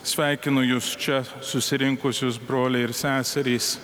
sveikinu jus čia susirinkusius broliai ir seserys